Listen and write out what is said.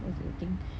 what's the thing